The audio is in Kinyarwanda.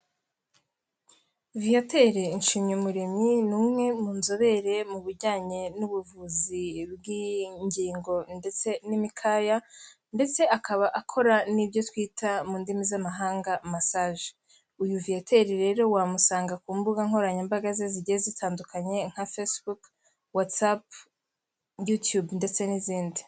Viateur Nshimyumuremyi, ni umwe mu nzobere mu bijyanye n'ubuvuzi bw'ingingo ndetse n'imikaya ndetse akaba akora n'ibyo twita mu ndimi z'amahanga massage. Uyu Viateur rero wamusanga ku mbuga nkoranyambaga ze zigiye zitandukanye nka facebook, whatsapp you tube ndetse n'izindi.